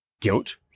guilt